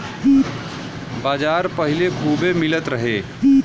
बाजरा पहिले खूबे मिलत रहे